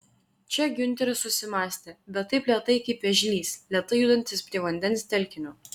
čia giunteris susimąstė bet taip lėtai kaip vėžlys lėtai judantis prie vandens telkinio